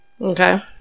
Okay